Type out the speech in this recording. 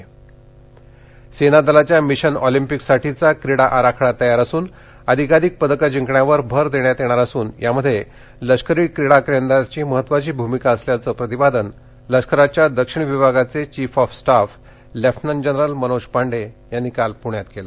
क्रीडा आराखडा सेना दलाच्या मिशन ऑलिंपिकसाठीचा क्रीड़ा आराखडा तयार असून अधिकाधिक पदकं जिंकण्यावर भर देण्यात येणार असून यामधे लष्करी क्रीड़ा केंद्राची महत्त्वाची भूमिका असल्याचं प्रतिपादन लष्कराच्या दक्षिण विभागाचे chief of staff lieutenant general Manoj Pande यांनी काल पुण्यात केलं